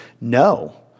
No